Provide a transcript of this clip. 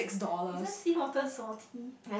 isn't sea water salty